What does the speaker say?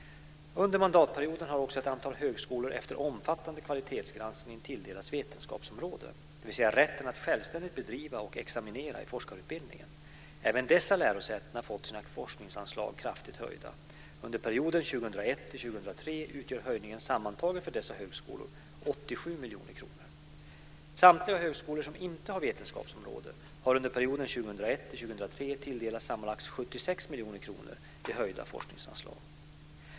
Under mandatperioden har också ett antal högskolor efter omfattande kvalitetsgranskning tilldelats vetenskapsområde, dvs. rätten att självständigt bedriva och examinera i forskarutbildningen. Även dessa lärosäten har fått sina forskningsanslag kraftigt höjda. Under perioden 2001-2003 utgör höjningen sammantaget för dessa högskolor 87 miljoner kronor. Samtliga högskolor som inte har vetenskapsområde har under perioden 2001-2003 tilldelats sammanlagt 76 miljoner kronor i höjda forskningsanslag.